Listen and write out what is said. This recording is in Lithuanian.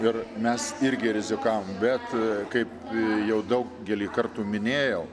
ir mes irgi rizikavom bet kaip jau daugelį kartų minėjau